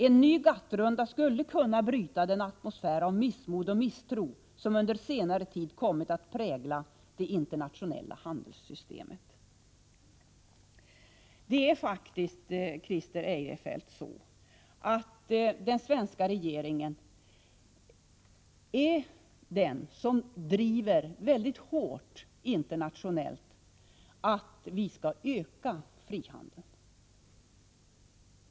En ny GATT-runda skulle kunna bryta den atmosfär av missmod och misstro som under senare tid kommit att prägla det internationella handelssystemet.” Christer Eirefelt! Den svenska regeringen har internationellt mycket hårt drivit frågan om att vi skall öka frihandeln.